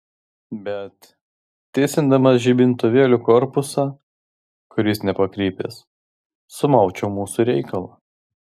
bet tiesindamas žibintuvėlio korpusą kuris nepakrypęs sumaučiau mūsų reikalą